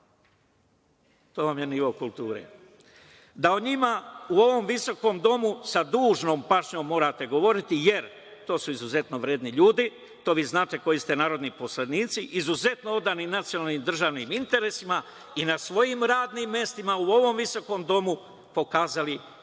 koji ste novi da o njima u ovom visokom domu sa dužnom pažnjom govoriti, jer to su izuzetno vredni ljudi, to vi znate koji ste narodni poslanici, izuzetno odani nacionalnim i državnim interesima i na svojim radnim mestima u ovom visokom domu pokazali kako se